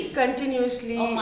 continuously